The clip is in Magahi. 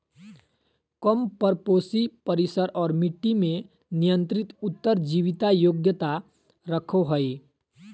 कम परपोषी परिसर और मट्टी में नियंत्रित उत्तर जीविता योग्यता रखो हइ